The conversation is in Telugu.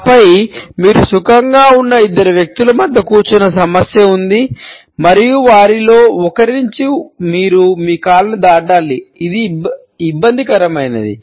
ఆపై మీరు సుఖంగా ఉన్న ఇద్దరు వ్యక్తుల మధ్య కూర్చున్న సమస్య ఉంది మరియు వారిలో ఒకరి నుండి మీరు మీ కాలును దాటాలి అది ఇబ్బందికరమైనది